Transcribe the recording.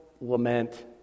lament